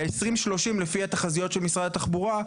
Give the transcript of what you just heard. ב-2030 על פי התחזיות של משרד התחבורה,